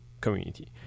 community